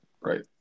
right